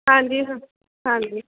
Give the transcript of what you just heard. ਹਾਂਜੀ ਹਾਂਜੀ